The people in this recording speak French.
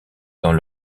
dans